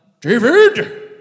David